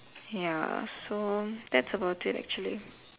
ya so that's about it actually